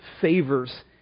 favors